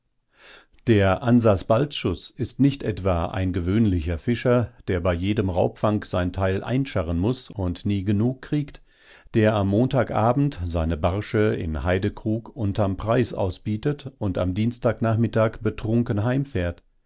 der ansas balczus ist nicht etwa ein gewöhnlicher fischer der bei jedem raubfang sein teil einscharren muß und nie genug kriegt der am montagabend seine barsche in heydekrug unterm preis ausbietet und am dienstagnachmittag betrunken heimfährt